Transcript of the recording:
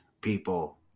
people